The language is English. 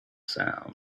sound